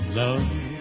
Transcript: love